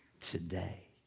today